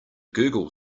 google